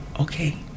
okay